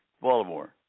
Baltimore